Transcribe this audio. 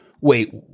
wait